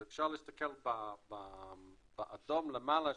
אז אפשר להסתכל באדום למעלה,